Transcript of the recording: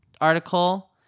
article